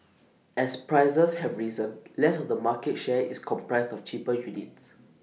as prices have risen less of the market share is comprised of cheaper units